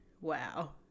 Wow